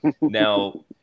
now